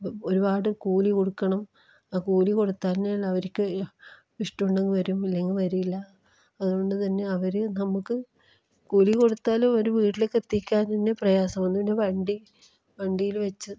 ഒരുപാട് കൂലി കൊടുക്കണം ആ കൂലി കൊടുത്താൽ തന്നെ അവർക്ക് ഇഷ്ടമുണ്ടെങ്കിൽ വരും ഇല്ലെങ്കിൽ വരില്ല അതുകൊണ്ട് തന്നെ അവർ നമുക്ക് കൂലി കൊടുത്താലും അവരെ വീട്ടിലേക്കെത്തിക്കാൻ തന്നെ പ്രയാസമാണ് വണ്ടി വണ്ടീല് വച്ച്